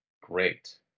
great